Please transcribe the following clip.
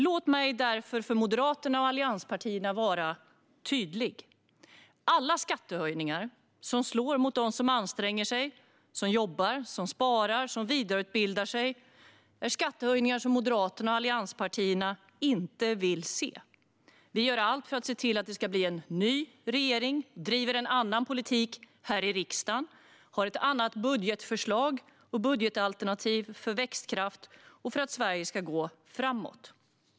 Låt mig därför vara tydlig från Moderaternas och allianspartiernas sida: Alla skattehöjningar som slår mot dem som anstränger sig - de som jobbar, sparar och vidareutbildar sig - är skattehöjningar som Moderaterna och allianspartierna inte vill se. Vi gör allt för att se till att det ska bli en ny regering och driver en annan politik här i riksdagen. Vi har ett annat budgetförslag - ett budgetalternativ för växtkraft och för att Sverige ska gå framåt.